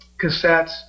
cassettes